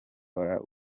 kora